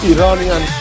Iranian